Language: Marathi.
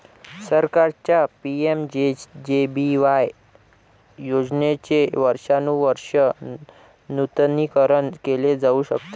सरकारच्या पि.एम.जे.जे.बी.वाय योजनेचे वर्षानुवर्षे नूतनीकरण केले जाऊ शकते